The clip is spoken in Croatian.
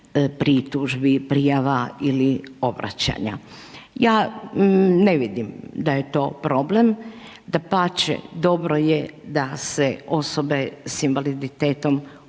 pritužbi, prijava ili obraćanja. Ja ne vidim da je to problem, dapače, dobro je da se osobe s invaliditetom